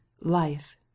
Life